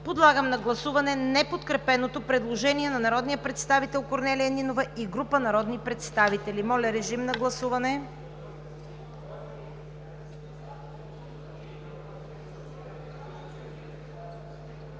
Подлагам на гласуване неподкрепеното предложение на народния представител Иван Иванов и група народни представители. Гласували